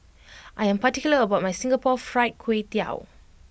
I am particular about my Singapore Fried Kway Tiao